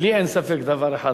לי אין ספק בדבר אחד,